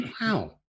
Wow